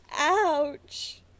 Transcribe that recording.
Ouch